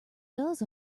does